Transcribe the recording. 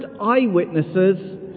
eyewitnesses